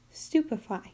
Stupefy